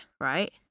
right